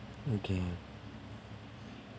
okay